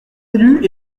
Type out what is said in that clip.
élus